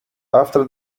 after